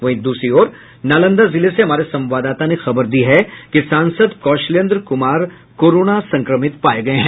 वहीं दूसरी ओर नालंदा जिले से हमारे संवाददाता ने खबर दी है कि सांसद कौशलेन्द्र कुमार कोरोना संक्रमित पाये गये हैं